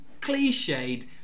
cliched